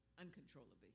uncontrollably